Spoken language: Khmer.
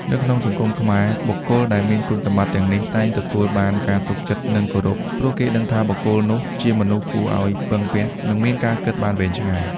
នៅក្នុងសង្គមខ្មែរ បុគ្គលដែលមានគុណសម្បត្តិទាំងនេះ តែងទទួលបានការ ទុកចិត្ត និង គោរព ព្រោះគេដឹងថាបុគ្គលនោះជាមនុស្សគួរឱ្យពឹងពាក់ និងមានការគិតបានវែងឆ្ងាយ។